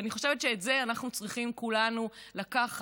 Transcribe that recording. ואני חושבת שאת זה אנחנו צריכים כולנו לקחת,